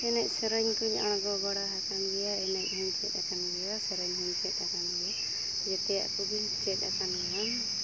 ᱮᱱᱟᱡ ᱥᱮᱨᱮᱧ ᱠᱚᱧ ᱟᱬᱜᱚ ᱵᱟᱲᱟ ᱟᱠᱟᱱ ᱜᱮᱭᱟ ᱮᱱᱮᱡ ᱦᱩᱧ ᱪᱮᱫ ᱟᱠᱟᱱ ᱜᱮᱭᱟ ᱥᱮᱨᱮᱧ ᱦᱩᱧ ᱪᱮᱫ ᱟᱠᱟᱱ ᱜᱮᱭᱟ ᱡᱮᱛᱮᱭᱟᱜ ᱠᱚᱜᱮᱧ ᱪᱮᱫ ᱟᱠᱟᱱ ᱜᱮᱭᱟ